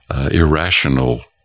irrational